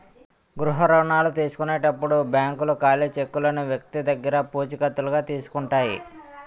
గృహ రుణాల తీసుకునేటప్పుడు బ్యాంకులు ఖాళీ చెక్కులను వ్యక్తి దగ్గర పూచికత్తుగా తీసుకుంటాయి